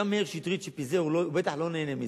גם מאיר שטרית שפיזר, הוא בטח לא נהנה מזה.